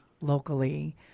locally